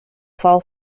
fall